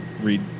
read